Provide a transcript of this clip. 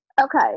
Okay